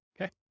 Okay